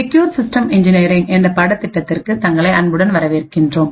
secure systems இன்ஜினியரிங்என்ற பாடத்திட்டத்திற்கு தங்களை அன்புடன் வரவேற்கின்றோம்